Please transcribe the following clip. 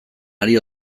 ari